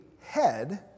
head